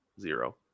zero